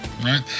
right